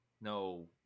no